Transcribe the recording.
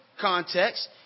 context